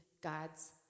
God's